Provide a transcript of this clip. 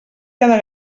cada